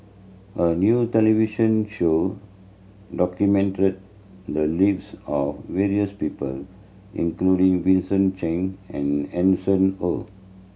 a new television show documented the lives of various people including Vincent Cheng and Hanson Ho